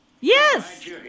Yes